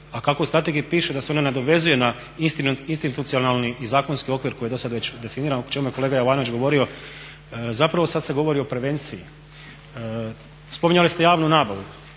a kako u strategiji piše da se ona nadovezuje na institucionalni i zakonski okvir koji je do sad već definiran o čemu je kolega Jovanović govorio zapravo sad se govori o prevenciji. Spominjali ste javnu nabavu.